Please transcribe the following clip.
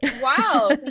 Wow